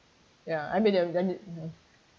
ya I mean